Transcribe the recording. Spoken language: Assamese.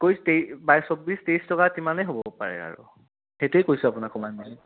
একৈছ তেই বাইছ চৌব্বিছ তেইছ টকা সিমানেই হ'ব পাৰে আৰু সেইটোয়ে কৈছোঁ আপোনাক কমাই মেলি